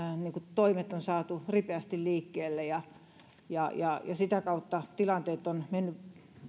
toimet on saatu ripeästi liikkeelle ja ja sitä kautta tilanteet ovat menneet